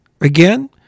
Again